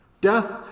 death